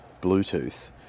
Bluetooth